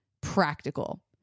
practical